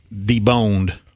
deboned